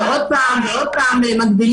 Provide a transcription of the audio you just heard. ועוד פעם ועוד פעם,